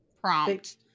prompt